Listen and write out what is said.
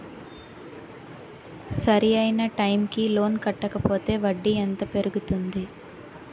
సరి అయినా టైం కి లోన్ కట్టకపోతే వడ్డీ ఎంత పెరుగుతుంది?